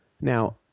now